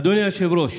אדוני היושב-ראש,